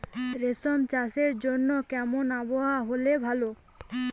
রেশম চাষের জন্য কেমন আবহাওয়া হাওয়া হলে ভালো?